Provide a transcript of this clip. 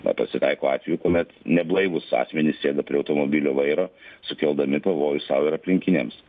na pasitaiko atvejų kuomet neblaivūs asmenys sėda prie automobilio vairo sukeldami pavojų sau ir aplinkiniams